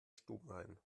stubenrein